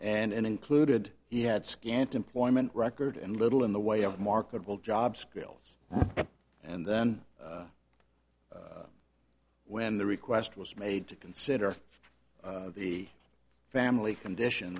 and included he had scant employment record and little in the way of marketable job skills and then when the request was made to consider the family condition